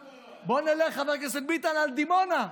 עכשיו, חבר הכנסת ביטן, בוא נלך על דימונה.